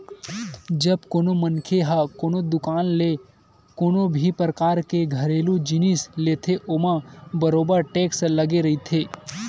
जब कोनो मनखे ह कोनो दुकान ले कोनो भी परकार के घरेलू जिनिस लेथे ओमा बरोबर टेक्स लगे रहिथे